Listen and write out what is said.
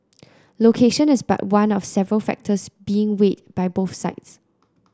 location is but one of several factors being weighed by both sides